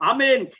Amen